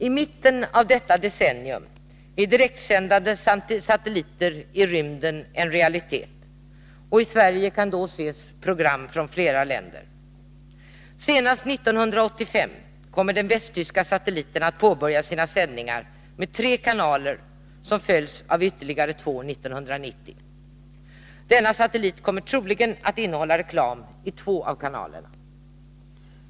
I mitten av detta decennium är direktsändande satelliter i rymden en realitet, och i Sverige kan då ses program från flera länder. Senast 1985 kommer den västtyska satelliten att påbörja sina sändningar med tre kanaler som följs av ytterligare två 1990. Denna satellit kommer troligen att innehålla reklam i två av kanalerna.